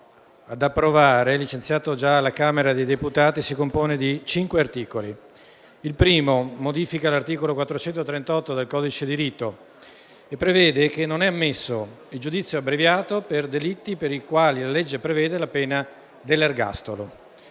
ad approvare, già licenziato dalla Camera dei deputati, si compone di cinque articoli. Il primo, modifica l'articolo 438 del codice di rito e prevede che non è ammesso il giudizio abbreviato per delitti per i quali la legge prevede la pena dell'ergastolo.